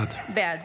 בעד